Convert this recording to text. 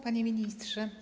Panie Ministrze!